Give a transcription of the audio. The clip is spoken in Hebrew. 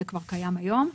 זה כבר קיים היום.